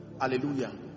hallelujah